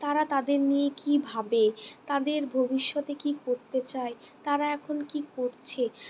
তারা তাদের নিয়ে কী ভাবে তাদের ভবিষ্যতে কী করতে চায় তারা এখন কী করছে